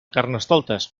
carnestoltes